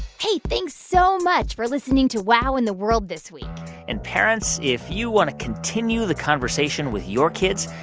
hey, thanks so much for listening to wow in the world this week and, parents, if you want to continue the conversation with your kids,